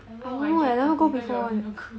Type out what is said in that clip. I don't know my geo~ my physical geography not good [one]